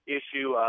issue